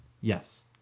yes